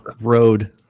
Road